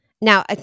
Now-